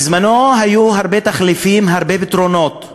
והיו הרבה תחליפים, הרבה פתרונות,